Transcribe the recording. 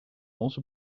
onze